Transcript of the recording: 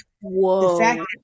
whoa